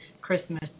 Christmas